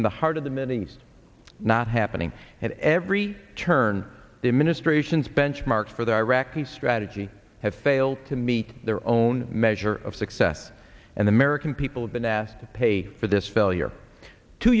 in the heart of the middle east not happening and every turn the administration's benchmarks for the iraqi strategy have failed to meet their own measure of success and the american people have been asked to pay for this